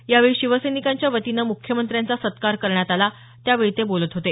यावेळी शिवसैनिकांच्या वतीनं म्ख्यमंत्र्यांचा सत्कार करण्यात आला त्यावेळी ते बोलत होते